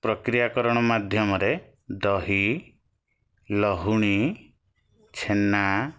ପ୍ରକ୍ରିୟାକରଣ ମାଧ୍ୟମରେ ଦହି ଲହୁଣୀ ଛେନା